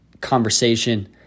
conversation